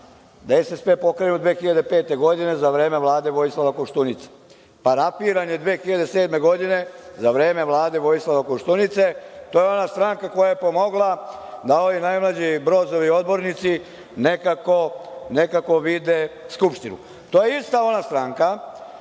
da je SSP pokrenut 2005. godine za vreme Vlade Vojislava Koštunice. Parafiran je 2007. godine za vreme Vlade Vojislava Koštunice. To je ona stranka koja je pomogla da oni najmlađi Brozovi odbornici nekako vide Skupštinu. To je ista ona stranka,